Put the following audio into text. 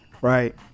Right